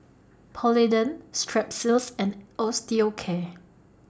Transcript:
Polident Strepsils and Osteocare